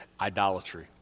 Idolatry